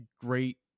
great